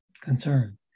concern